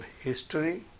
history